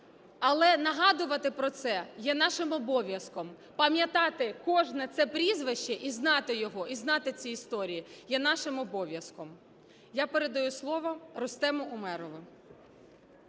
Але нагадувати про це є нашим обов'язком. Пам'ятати кожне це прізвище і знати його, і знати ці історії є нашим обов'язком. Я передаю слово Рустему Умєрову.